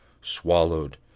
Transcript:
swallowed